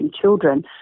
children